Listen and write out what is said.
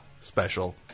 special